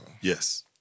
Yes